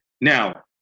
Now